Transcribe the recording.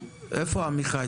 הסולארי.